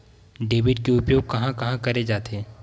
Debit के उपयोग कहां कहा करे जाथे?